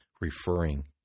referring